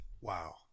Wow